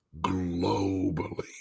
globally